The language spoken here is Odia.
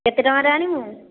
କେତେ ଟଙ୍କାର ଆଣିବୁ